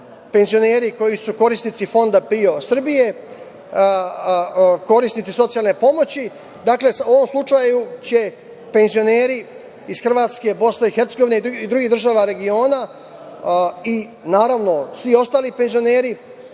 penzioneri koji su korisnici Fonda PIO Srbije, korisnici socijalne pomoći, dakle, u ovom slučaju će penzioneri iz Hrvatske, BiH i drugih država regiona i naravno svi ostali penzioneri